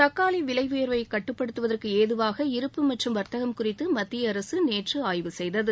தக்காளி விலை உயர்வை கட்டுப்படுத்துவதற்கு ஏதுவாக இருப்பு மற்றும் வர்த்தகம் குறித்து மத்திய அரசு நேற்று ஆய்வு செய்தது